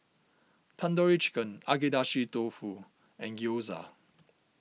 Tandoori Chicken Agedashi Dofu and Gyoza